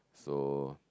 so